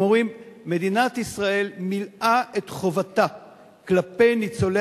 הם אומרים: מדינת ישראל מילאה את חובתה כלפי ניצולי